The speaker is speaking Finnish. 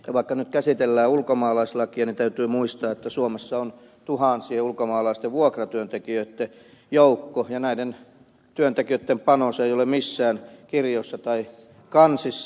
vaikka nyt käsitellään ulkomaalaislakia niin täytyy muistaa että suomessa on tuhansien ulkomaalaisten vuokratyöntekijöitten joukko ja näitten työntekijöitten panos ei ole missään kirjoissa tai kansissa